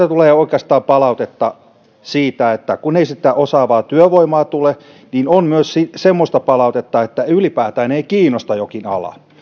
tulee oikeastaan palautetta siitä että ei sitä osaavaa työvoimaa tule mutta on myös semmoista palautetta että ylipäätään ei kiinnosta jokin ala